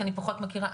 כי אני פחות מכירה,